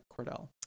Cordell